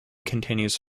continues